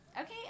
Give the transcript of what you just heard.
Okay